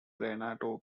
renato